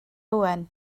owen